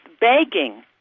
begging